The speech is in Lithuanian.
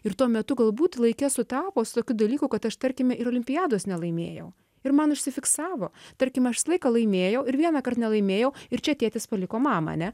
ir tuo metu galbūt laike sutapo su tokiu dalyku kad aš tarkime ir olimpiados nelaimėjau ir man užsifiksavo tarkim aš visą laiką laimėjau ir vienąkart nelaimėjau ir čia tėtis paliko mamą ane